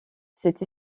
cette